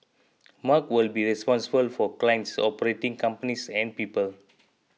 mark will be responsible for clients operating companies and people